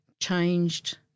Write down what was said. changed